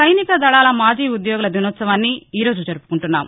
సైనిక దళాల మాజి ఉద్యోగుల దినోత్సవాన్ని ఈరోజు జరుపుకుంటున్నాం